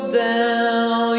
down